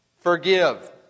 Forgive